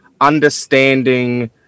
understanding